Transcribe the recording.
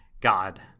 God